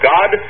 God